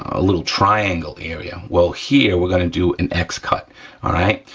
a little triangle area. well here, we're gonna do an x-cut, all right?